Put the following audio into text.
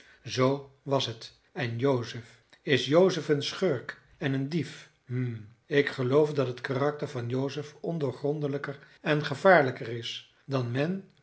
zoo was het en joseph is joseph een schurk en een dief hum ik geloof dat het karakter van joseph ondoorgrondelijker en gevaarlijker is dan men